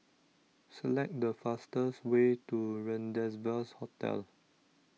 select the fastest way to Rendezvous Hotel